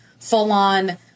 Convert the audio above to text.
full-on